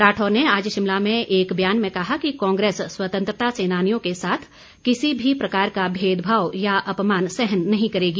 राठौर ने आज शिमला में एक ब्यान में कहा कि कांग्रेस स्वतंत्रता सेनानियों के साथ किसी भी प्रकार का भेदभाव या अपमान सहन नहीं करेगी